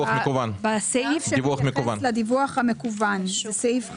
הממלכתי בסעיף שמתייחס לדיווח מקוון שהוא סעיף 5,